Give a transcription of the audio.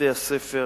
בתי-הספר